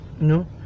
no